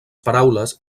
paraules